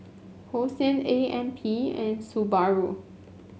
Hosen A M P and Subaru